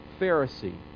Pharisee